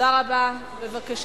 תודה רבה.